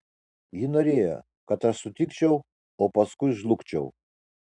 ji norėjo kad aš sutikčiau o paskui žlugčiau